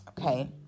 okay